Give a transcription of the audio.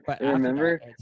Remember